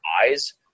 eyes